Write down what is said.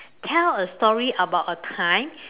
tell a story about a time